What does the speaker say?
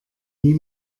nie